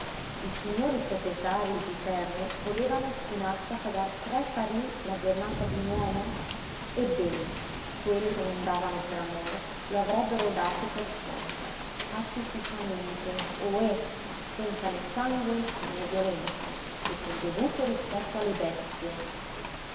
i signori proprietarii di terre volevano ostinarsi a pagar tre tarì la giornata d'un uomo ebbene quel che non davano per amore lo avrebbero dato per forza pacificamente ohè senza né sangue né violenze e col dovuto rispetto alle bestie